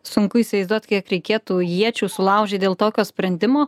sunku įsivaizduot kiek reikėtų iečių sulaužyt dėl tokio sprendimo